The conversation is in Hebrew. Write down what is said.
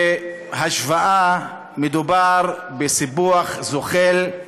"השוואה"; מדובר בסיפוח זוחל.